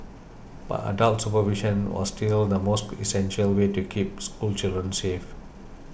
but adult supervision was still the most essential way to keep school children safe